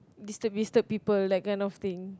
disturb disturb people like kind of thing